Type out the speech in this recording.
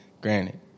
Granted